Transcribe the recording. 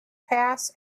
pass